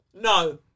No